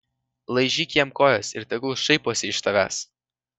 laižyk jam kojas ir tegul šaiposi iš tavęs